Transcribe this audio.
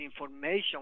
information